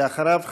ואחריו,